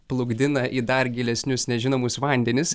plukdina į dar gilesnius nežinomus vandenis